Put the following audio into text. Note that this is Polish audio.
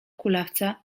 kulawca